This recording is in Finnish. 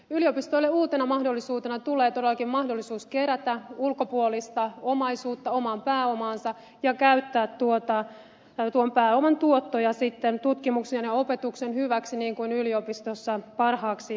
yliopistoille uutena mahdollisuutena tulee todellakin mahdollisuus kerätä ulkopuolista omaisuutta omaan pääomaansa ja käyttää tuon pääoman tuottoja sitten tutkimuksen ja opetuksen hyväksi niin kuin yliopistossa parhaaksi katsotaan